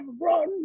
run